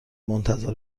منتظر